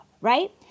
right